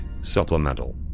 supplemental